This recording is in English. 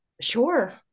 Sure